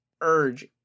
urge